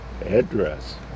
address